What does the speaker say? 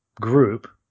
group